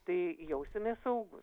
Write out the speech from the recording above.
tai jausimės saugūs